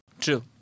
True